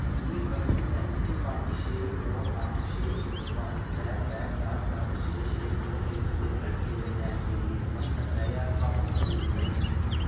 मिगी बंधन बैंक च पंज छे नौ अट्ठ छे एक्क पंज त्रै त्रै चार सत्त छे छे नौ एक्क दे अड़के दे लैन देन दी रकम नब्बै ज्हार बापस कदूं मिलग